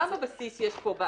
מה יש בבסיס הצעת החוק?